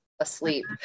asleep